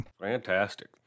fantastic